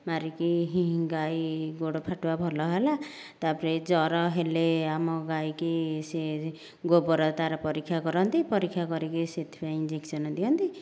ମାରିକି ହି ହିଁ ଗାଈ ଗୋଡ଼ ଫାଟୁଆ ଭଲ ହେଲା ତାପରେ ଜର ହେଲେ ଆମ ଗାଈକି ସିଏ ଗୋବର ତାର ପରୀକ୍ଷା କରନ୍ତି ପରୀକ୍ଷା କରିକି ସେଥିପାଇଁ ଇଞ୍ଜେକ୍ସନ୍ ଦିଅନ୍ତି